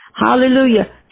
hallelujah